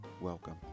welcome